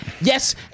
yes